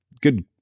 good